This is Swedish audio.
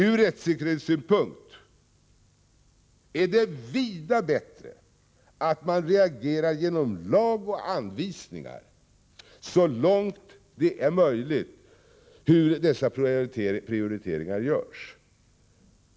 Ur rättssäkerhetssynpunkt är det vida bättre att man genom lag och anvisningar så långt det är möjligt reglerar hur dessa prioriteringar skall göras.